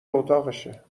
اتاقشه